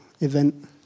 event